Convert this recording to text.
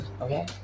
okay